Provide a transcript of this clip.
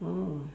oh